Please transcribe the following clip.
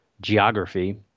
geography